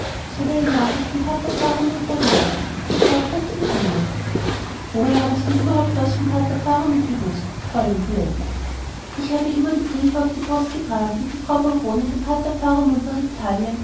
eine nachricht vom pater faramund da wäre daß er auch dorthin käme woher haben's denn überhaupt was vom pater faramund gewußt fräulein poletta ich habe immer die briefe auf die post getragen die die frau baronin dem pater faramund nach italien